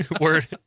word